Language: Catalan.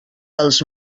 els